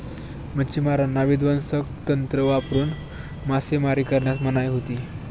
मच्छिमारांना विध्वंसक तंत्र वापरून मासेमारी करण्यास मनाई होती